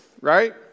right